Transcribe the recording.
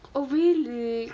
oh really